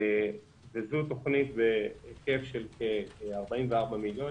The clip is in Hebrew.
וזו תוכנית בהיקף של כ-44 מיליון,